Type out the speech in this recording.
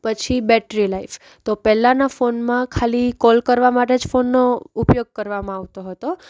પછી battery life તો પહેલાંના ફોનમાં ખાલી કોલ કરવા માટે જ ફોનનો ઉપયોગ કરવામાં આવતો હતો